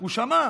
הוא שמע,